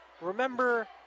Remember